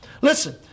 Listen